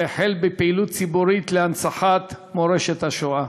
החל בפעילות ציבורית להנצחת מורשת השואה,